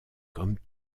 comme